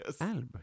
Albert